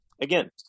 again